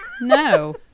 No